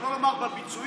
שלא לומר בביצועים,